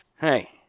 hey